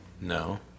no